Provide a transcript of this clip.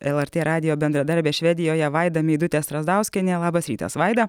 lrt radijo bendradarbė švedijoje vaida meidutė strazdauskienė labas rytas vaida